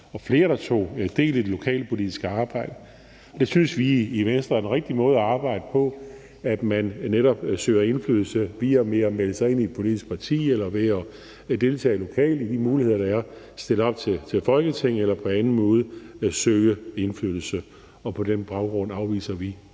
var flere, der tog del i det lokalpolitiske arbejde. Det synes vi i Venstre er den rigtige måde at arbejde på, altså at man netop søger indflydelse ved at melde sig ind et politisk parti eller ved at deltage lokalt i de muligheder, der er, stille op til Folketinget eller på anden måde søge indflydelse. På den baggrund afviser vi